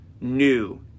new